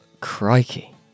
Crikey